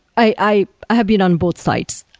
i have been on both sides.